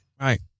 Right